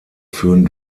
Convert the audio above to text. führen